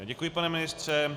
Děkuji, pane ministře.